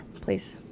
please